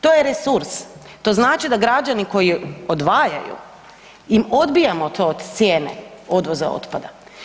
To je resurs, to znači da građani koji odvajaju im odbijamo to od cijene odvoza otpada.